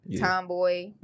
tomboy